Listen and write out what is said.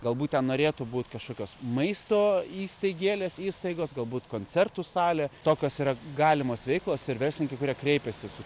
galbūt ten norėtų būt kažkokios maisto įstaigėlės įstaigos galbūt koncertų salė tokios yra galimos veiklos ir verslininkai kurie kreipėsi su